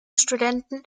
studenten